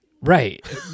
Right